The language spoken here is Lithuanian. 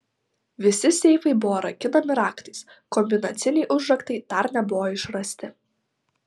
visi seifai buvo rakinami raktais kombinaciniai užraktai dar nebuvo išrasti